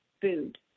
food